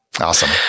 Awesome